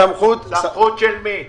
סמכות של מי?